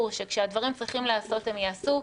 שכשהדברים צריכים להיעשות הם ייעשו,